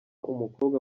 umukobwa